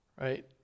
Right